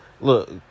Look